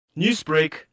Newsbreak